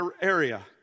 area